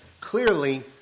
clearly